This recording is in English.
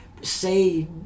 say